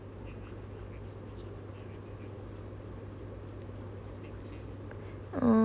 mm